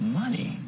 money